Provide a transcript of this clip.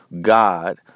God